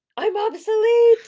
i'm obsolete!